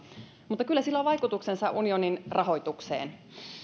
mutta kyllä sillä on vaikutuksensa unionin rahoitukseen